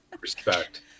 Respect